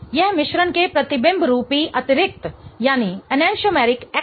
यह मिश्रण के प्रतिबिंब रूपी अतिरिक्त है ठीक है